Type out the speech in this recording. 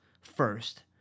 first